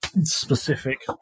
Specific